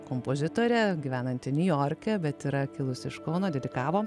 kompozitorė gyvenanti niujorke bet yra kilusi iš kauno dedikavo